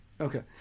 Okay